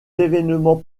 événements